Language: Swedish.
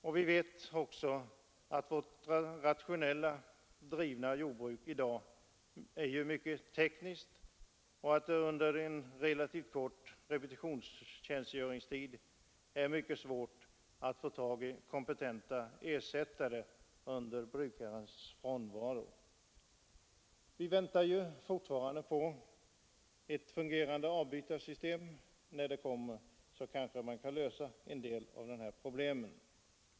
Vidare vet vi att vårt rationellt drivna jordbruk är mycket tekniskt och att det under en relativt kort repetitionstjänstgöring är mycket svårt att få tag i kompetenta ersättare under brukarens frånvaro. Vi väntar fortfarande på ett fungerande avbytarsystem. När vi har fått det kanske vi kan lösa en del av dessa problem.